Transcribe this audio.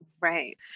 Right